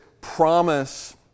promise